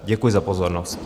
Děkuji za pozornost.